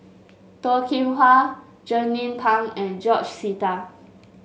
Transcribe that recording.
Toh Kim Hwa Jernnine Pang and George Sita